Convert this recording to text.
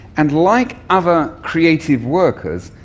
and like other creative workers,